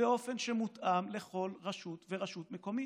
באופן שמותאם לכל רשות ורשות מקומית.